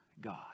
God